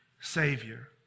Savior